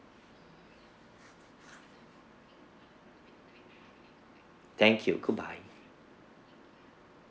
thank you goodbye